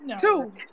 Two